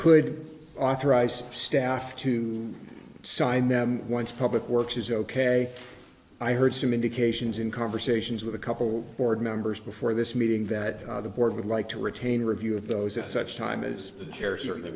could authorize staff to sign them once public works is ok i heard some indications in conversations with a couple board members before this meeting that the board would like to retain review of those at such time as the chair